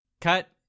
Cut